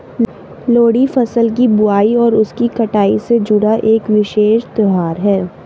लोहड़ी फसल की बुआई और उसकी कटाई से जुड़ा एक विशेष त्यौहार है